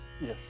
Yes